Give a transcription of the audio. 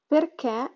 Perché